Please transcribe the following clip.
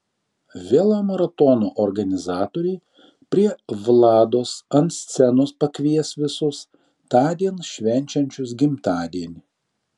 velomaratono organizatoriai prie vlados ant scenos pakvies visus tądien švenčiančius gimtadienį